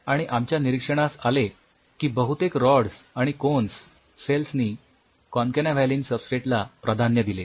आणि आमच्या निरीक्षणास आले की बहुतेक रॉड्स आणि कोन्स सेल्स नी कॉनकॅनाव्हॅलीन सबस्ट्रेट ला प्राधान्य दिले